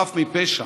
חף מפשע.